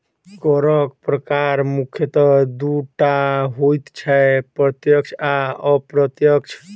करक प्रकार मुख्यतः दू टा होइत छै, प्रत्यक्ष आ अप्रत्यक्ष